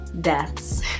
deaths